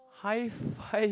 high five